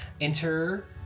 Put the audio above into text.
enter